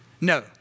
No